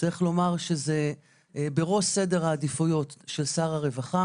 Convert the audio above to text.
צריך לומר שזה בראש סדר העדיפויות של שר הרווחה